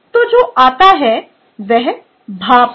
तो जो आता है वह भाप है